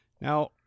Now